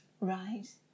Right